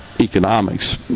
economics